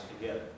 together